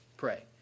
pray